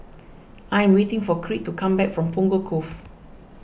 I am waiting for Creed to come back from Punggol Cove